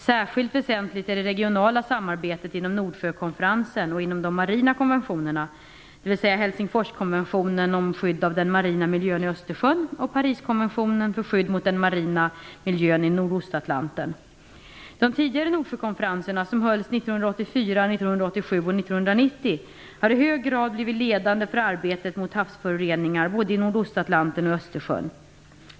Särskilt väsentligt är det regionala samarbetet inom Nordsjökonferensen och inom de marina konventionerna, dvs. Helsingforskonventionen om skydd av den marina miljön i 1984, 1987 och 1990, har i hög grad blivit ledande för arbetet mot havsföroreningar både i Nordostatlanten och i Östersjön.